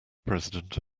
president